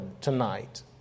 tonight